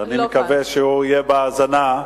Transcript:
אני מקווה שהוא יהיה בהאזנה.